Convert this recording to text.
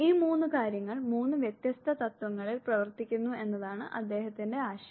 ഈ 3 കാര്യങ്ങൾ 3 വ്യത്യസ്ത തത്വങ്ങളിൽ പ്രവർത്തിക്കുന്നു എന്നതാണ് അദ്ദേഹത്തിന്റെ ആശയം